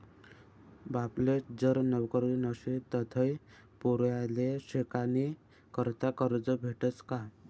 बापले जर नवकरी नशी तधय पोर्याले शिकानीकरता करजं भेटस का?